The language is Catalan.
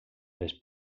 les